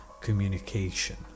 communication